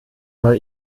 mal